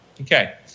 okay